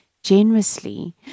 generously